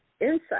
insight